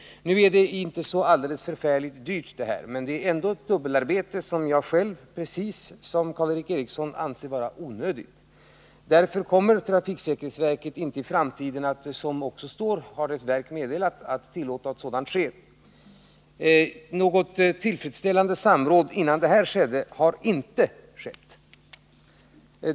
Nu är detta inte så alldeles förfärligt dyrt. Men det innebär ändå ett dubbelarbete, som jag själv —- precis som Karl Erik Eriksson — anser vara onödigt. Därför kommer trafiksäkerhetsverket i framtiden — som också verket har meddelat — inte att tillåta att sådant sker. Något tillfredsställande samråd, innan den här broschyren trycktes, har inte skett.